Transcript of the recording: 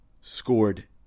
scored